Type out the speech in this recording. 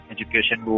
Education